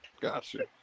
Gotcha